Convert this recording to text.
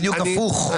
בדיוק הפוך.